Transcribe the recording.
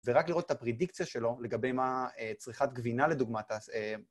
ורק לראות את הפרדיקציה שלו לגבי מה צריכת גבינה לדוגמה תעשה אממ...